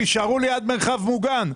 תישאר ליד מרחב מוגן,